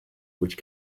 which